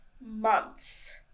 months